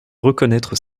reconnaître